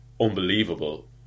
unbelievable